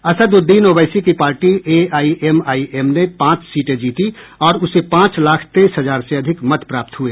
असदउद्दीन ओवैसी की party AIMIM ने पांच सीटें जीती और उसे पांच लाख तेईस हजार से अधिक मत प्राप्त हुए